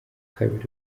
kabiri